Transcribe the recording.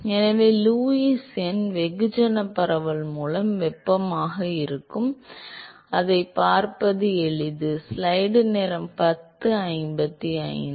எனவே லூயிஸ் எண் வெகுஜன பரவல் மூலம் வெப்பமாக இருக்கும் அதைப் பார்ப்பது எளிது